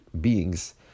beings